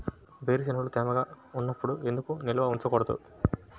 వేరుశనగలు తేమగా ఉన్నప్పుడు ఎందుకు నిల్వ ఉంచకూడదు?